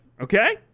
Okay